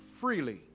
freely